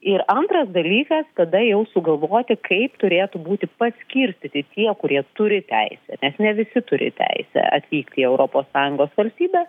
ir antras dalykas tada jau sugalvoti kaip turėtų būti paskirstyti tie kurie turi teisę nes ne visi turi teisę atvykt į europos sąjungos valstybę